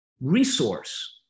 resource